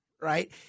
right